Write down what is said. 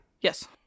Yes